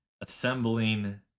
assembling